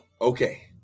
okay